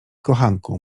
kochanku